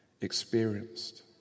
experienced